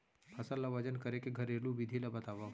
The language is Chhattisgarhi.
फसल ला वजन करे के घरेलू विधि ला बतावव?